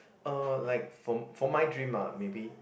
uh like for for my dream ah maybe